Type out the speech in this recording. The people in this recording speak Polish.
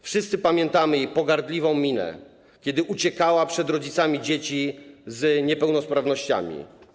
Wszyscy pamiętamy jej pogardliwą minę, kiedy uciekała przed rodzicami dzieci z niepełnosprawnościami.